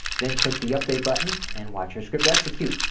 then click the update button and watch your script execute.